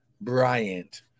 Bryant